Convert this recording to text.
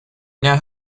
now